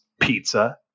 pizza